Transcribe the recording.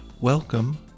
Welcome